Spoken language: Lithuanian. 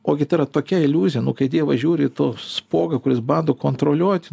ogi tai yra tokia iliuzija nu kai dievas žiūri į to spuogą kuris bando kontroliuot